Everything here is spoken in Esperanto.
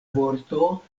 vorto